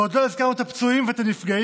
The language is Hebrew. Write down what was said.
עוד לא הזכרנו את הפצועים ואת הנפגעים,